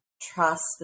trust